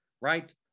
right